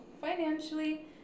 financially